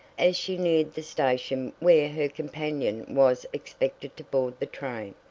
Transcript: as she neared the station where her companion was expected to board the train.